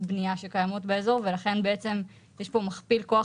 בניה שקיימות באזור ולכן בעצם יש פה מכפיל כוח